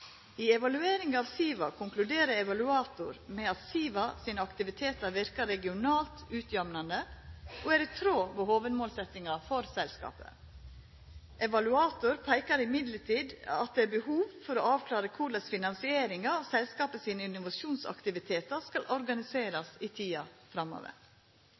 i innovasjonsprogramma. I evalueringa av SIVA konkluderer evaluator med at SIVA sine aktivitetar verkar regionalt utjamnande og er i tråd med hovudmålsetjinga for selskapet. Evaluator peikar likevel på at det er behov for å avklara korleis finansieringa av selskapet sine innovasjonsaktivitetar skal organiserast i tida framover.